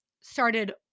started